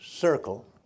circle